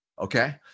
okay